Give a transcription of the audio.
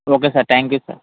okay sir thank you sir